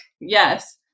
Yes